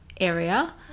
area